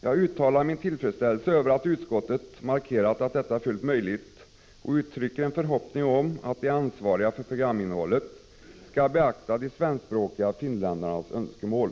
Jag uttalar min tillfredsställelse över att utskottet markerat att detta är fullt möjligt och uttrycker en förhoppning om att de ansvariga för programinnehållet skall beakta de svenskspråkiga finländarnas önskemål.